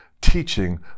teaching